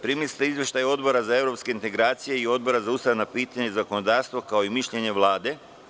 Primili ste izveštaje Odbora za evropske integracije i Odbora za ustavna pitanja i zakonodavstvo, kao i mišljenje Vlade.